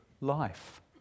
life